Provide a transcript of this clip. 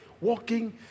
walking